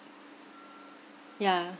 yeah